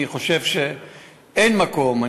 אני חושב שאין מקום,